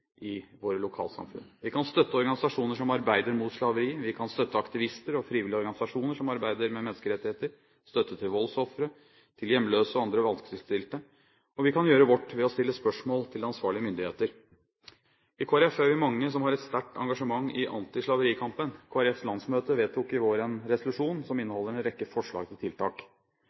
i våre lokalsamfunn. Vi kan støtte organisasjoner som arbeider mot slaveri. Vi kan støtte aktivister og frivillige organisasjoner som arbeider med menneskerettigheter, gi støtte til voldsofre, til hjemløse og andre vanskeligstilte, og vi kan gjøre vårt ved å stille spørsmål til ansvarlige myndigheter. I Kristelig Folkeparti er vi mange som har et sterkt engasjement i antislaverikampen. Kristelig Folkepartis landsmøte vedtok i vår en resolusjon som inneholder en rekke forslag til tiltak,